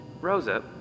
Rosa